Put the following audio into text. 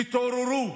תתעוררו,